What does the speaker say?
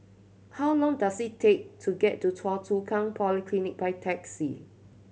how long does it take to get to Choa Chu Kang Polyclinic by taxi